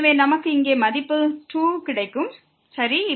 எனவே நமக்கு இங்கே மதிப்பு 2 கிடைக்கும் சரி